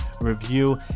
review